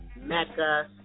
Mecca